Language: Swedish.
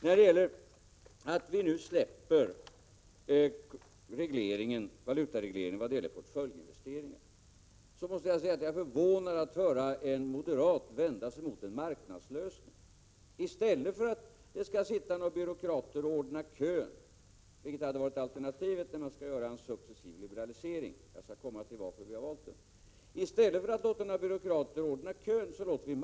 När det gäller det avskaffande av valutaregleringen i vad avser portföljinvesteringar som vi nu gör måste jag säga att jag är förvånad över att höra en moderat vända sig mot en marknadslösning. I stället för att några byråkrater skall sitta och ordna kön, vilket hade varit alternativet vid genomförande av en successiv liberalisering, låter vi marknaden bestämma hur angelägen man är att göra portföljinvesteringar.